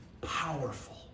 powerful